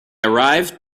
arrived